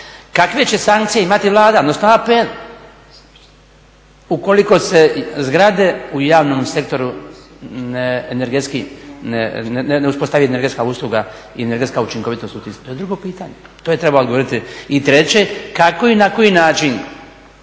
kakve će sankcije imati Vlada odnosno APN ukoliko se zgrade u javnom sektoru energetski, ne uspostavi energetska usluga i energetska učinkovitost. To je drugo pitanje, to je trebao odgovoriti. I treće, kako i na koji način